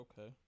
okay